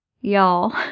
y'all